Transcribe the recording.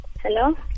Hello